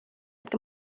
que